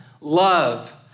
Love